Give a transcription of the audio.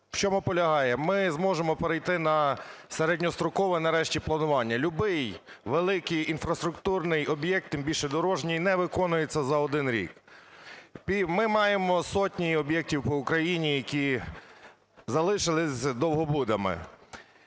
В чому полягає? Ми зможемо перейти на середньострокове нарешті планування. Любий великий інфраструктурний об'єкт, тим більше дорожній, не виконується за один рік. Ми маємо сотні об'єктів по Україні, які залишились довгобудами.